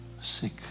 sick